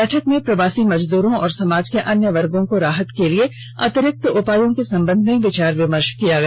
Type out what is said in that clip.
बैठक में प्रवासी मजदूरों और समाज के अन्य वर्गों को राहत के लिए अतिरिक्त उपायों के संबंध में विचार विमर्ष किया गया